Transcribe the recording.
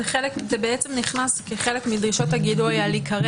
זה בעצם נכנס כחלק מדרישות הגילוי על עיקרי